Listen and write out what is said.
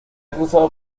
cruzado